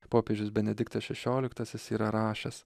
popiežius benediktas šešioliktasis yra rašęs